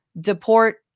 Deport